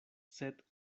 sed